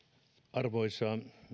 arvoisa